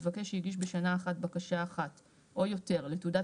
מבקש שהגיש בשנה אחת בקשה אחת או יותר לתעודת